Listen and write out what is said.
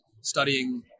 studying